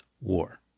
War